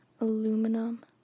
aluminum